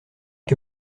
que